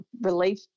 Relief